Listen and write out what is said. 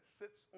sits